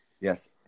yes